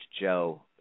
Joe